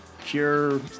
pure